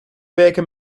werken